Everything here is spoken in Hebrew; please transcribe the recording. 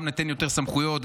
גם ניתן יותר סמכויות,